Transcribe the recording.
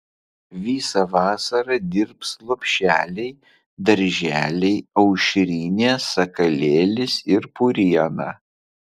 visą vasarą dirbs lopšeliai darželiai aušrinė sakalėlis ir puriena